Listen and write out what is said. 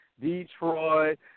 Detroit